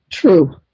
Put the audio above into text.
True